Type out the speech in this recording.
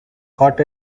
caught